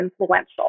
influential